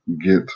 get